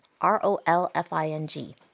R-O-L-F-I-N-G